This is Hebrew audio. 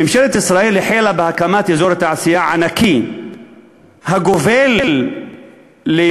ממשלת ישראל החלה בהקמת אזור תעשייה ענקי הגובל בעיר